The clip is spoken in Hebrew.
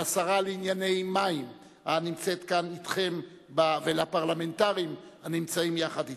לשרה לענייני מים הנמצאת כאן אתכם ולפרלמנטרים הנמצאים יחד אתך,